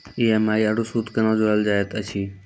EMI आरू सूद कूना जोड़लऽ जायत ऐछि?